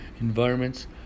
environments